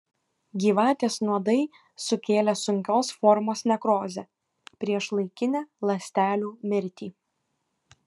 gyvatės nuodai sukėlė sunkios formos nekrozę priešlaikinę ląstelių mirtį